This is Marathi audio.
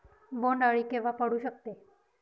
बोंड अळी केव्हा पडू शकते?